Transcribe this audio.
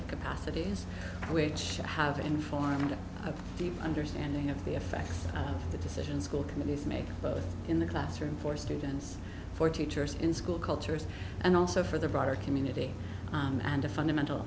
and capacities which have informed a deep understanding of the effects of the decisions school committees made both in the classroom for students for teachers in school cultures and also for the broader community and a fundamental